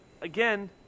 again